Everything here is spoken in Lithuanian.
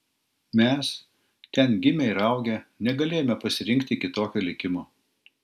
mes ten gimę ir augę negalėjome pasirinkti kitokio likimo